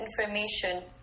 information